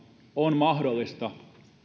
on mahdollista